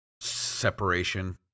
separation